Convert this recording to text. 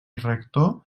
rector